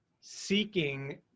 seeking